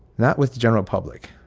not with the general public,